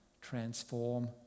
transform